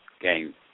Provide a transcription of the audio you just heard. game